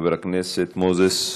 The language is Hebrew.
חבר הכנסת מוזס,